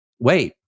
wait